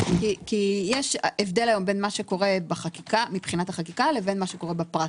כי יש הבדל בין מה שקורה מבחינת החקיקה לפרקטיקה.